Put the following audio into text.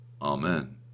Amen